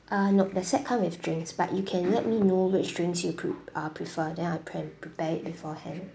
uh no the set come with drinks but you can let me know which drinks you pre~ uh prefer then I pre~ prepare it beforehand